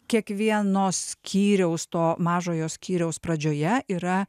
kiekvieno skyriaus to mažojo skyriaus pradžioje yra